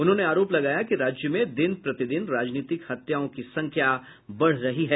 उन्होंने आरोप लगाया कि राज्य में दिन प्रतिदिन राजनीतिक हत्याओं की संख्या बढ़ रही हैं